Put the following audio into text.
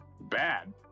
bad